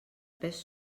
pes